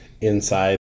inside